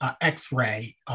x-ray